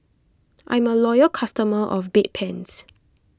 I'm a loyal customer of Bedpans